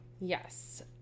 yes